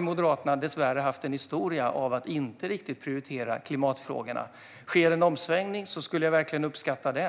Moderaterna har dessvärre haft en historia av att inte riktigt prioritera klimatfrågorna. Sker det en omsvängning skulle jag verkligen uppskatta det.